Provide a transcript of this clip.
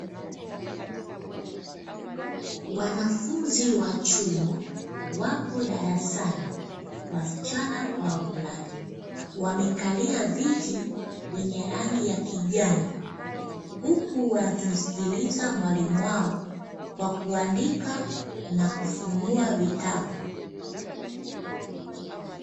Wanafunzi wa chuo wapo darasani wasichana, kwa wavulana; wamekalia viti vyenye rangi ya kijani, huku wakimsikiliza mwalimu wao kwa kuandika na kufunua vitabu.